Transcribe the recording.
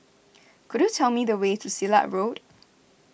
could you tell me the way to Silat Road